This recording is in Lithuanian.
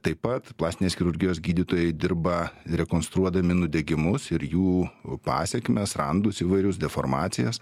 taip pat plastinės chirurgijos gydytojai dirba rekonstruodami nudegimus ir jų pasekmes randus įvairius deformacijas